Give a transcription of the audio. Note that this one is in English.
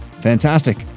Fantastic